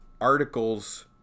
articles